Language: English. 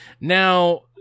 now